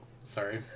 sorry